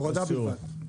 הורדה בלבד.